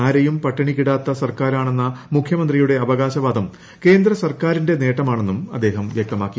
ആരെയും പട്ടിണിക്കിടാത്ത സർക്കാരാണെന്ന മുഖ്യമന്ത്രിയുടെ അവകാശവാദം കേന്ദ്രസർക്കാരിൻറെ നേട്ടമാണെന്നും അദ്ദേഹം വൃക്തമാക്കി